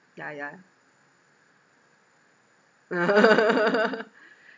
yeah yeah